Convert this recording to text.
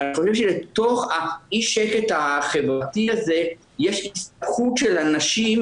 אבל אני חושב שבתוך אי השקט החברתי הזה יש הסתפחות של אנשים